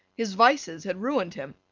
his vices had ruined him.